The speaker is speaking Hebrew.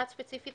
אחת ספציפית,